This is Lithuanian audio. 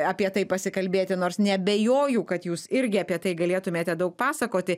apie tai pasikalbėti nors neabejoju kad jūs irgi apie tai galėtumėte daug pasakoti